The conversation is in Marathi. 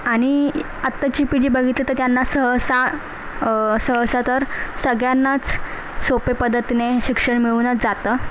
आणि आत्ताची पिढी बघितली तर त्यांना सहसा सहसा तर सगळ्यांनाच सोप्या पद्धतीने शिक्षण मिळूनच जातं